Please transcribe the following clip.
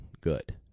good